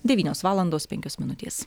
devynios valandos penkios minutės